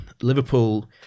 Liverpool